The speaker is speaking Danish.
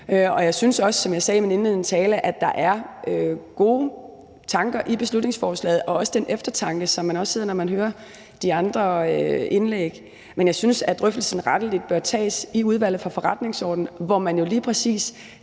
og jeg synes også – som jeg sagde i min indledende tale – at der er gode tanker i beslutningsforslaget og også den eftertanke, som man sidder med, når man hører de andre indlæg. Men jeg synes, at drøftelsen rettelig bør tages i Udvalget for Forretningsordenen, hvor man jo lige præcis